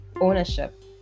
ownership